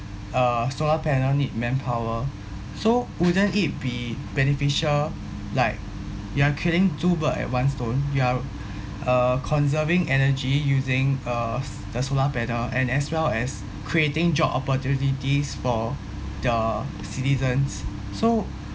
uh solar panel need manpower so wouldn't it be beneficial like you are killing two bird at one stone you are uh conserving energy using uh s~ the solar panel and as well as creating job opportunities for their citizens so